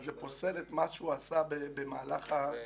אבל האם זה פוסל את מה שהוא עשה במהלך --?